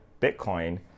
Bitcoin